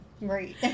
Right